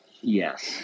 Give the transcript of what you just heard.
yes